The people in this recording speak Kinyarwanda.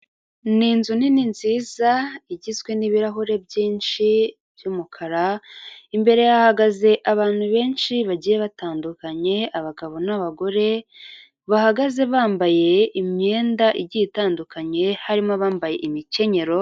Ni izu nini nziza igizwe n'ibirahure byinshi by'umukara, imbere hagaze abantu benshi bagiye batandukanye abagabo n'abagore, bahagaze bambaye imyenda igiye itandukanye, harimo abambaye imikenyero.